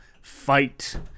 fight